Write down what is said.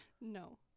no